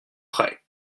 prêt